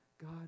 God